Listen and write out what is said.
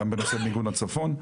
גם בנושא מיגון לצפון.